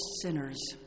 sinners